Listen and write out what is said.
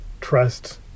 trust